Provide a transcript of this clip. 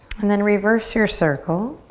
and then reverse your circle.